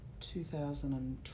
2012